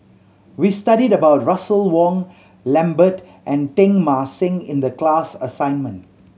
we studied about Russel Wong Lambert and Teng Mah Seng in the class assignment